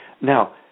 Now